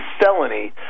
felony